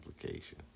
application